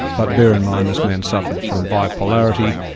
but bear in mind this man suffered from bipolarity,